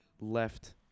left